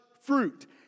fruit